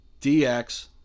DX